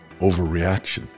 overreaction